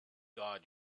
god